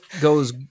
goes